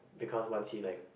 because once he like